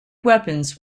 weapons